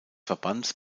verbands